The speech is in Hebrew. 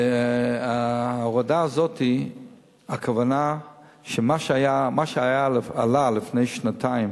והעבודה הזאת, הכוונה שמה שעלה לפני שנתיים